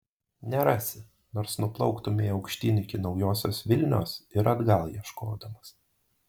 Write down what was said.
nerasi nors nuplauktumei aukštyn iki naujosios vilnios ir atgal ieškodamas